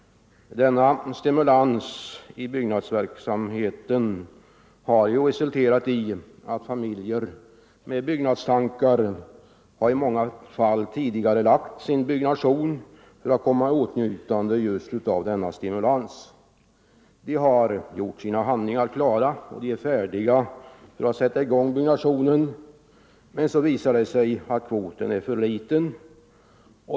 Denna stimulans i byggnadsverksamheten har resulterat i att familjer som planerar att bygga i många fall tidigarelagt sin byggnation för att komma i åtnjutande av just denna förmån. De har sina handlingar klara och är färdiga att sätta i gång byggnationen. Men så visar det sig att kvoten är för liten.